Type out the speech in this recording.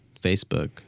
Facebook